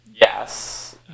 Yes